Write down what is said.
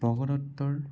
ভগদত্তৰ